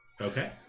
Okay